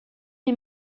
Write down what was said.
est